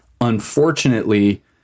unfortunately